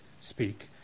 speak